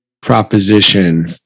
proposition